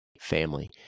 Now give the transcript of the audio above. family